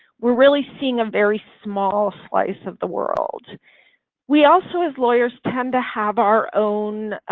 we're really seeing a very small slice of the world we also as lawyers tend to have our own